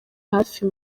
hafi